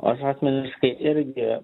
aš asmeniškai irgi